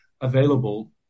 available